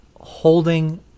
holding